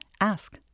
ask